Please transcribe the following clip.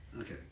Okay